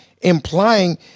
implying